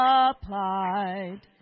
applied